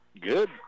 Good